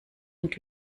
und